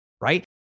Right